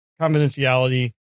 confidentiality